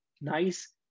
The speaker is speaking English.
nice